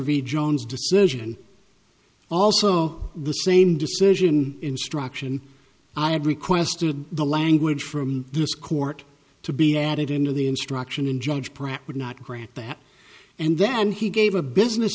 v jones decision and also the same decision instruction i had requested the language from this court to be added into the instruction and judge brack would not grant that and then he gave a business